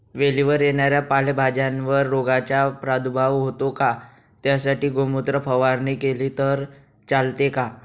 वेलीवर येणाऱ्या पालेभाज्यांवर रोगाचा प्रादुर्भाव होतो का? त्यासाठी गोमूत्र फवारणी केली तर चालते का?